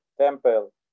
temple